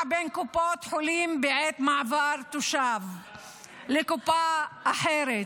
בין קופות חולים בעת מעבר תושב לקופה אחרת)